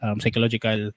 psychological